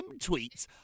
tweets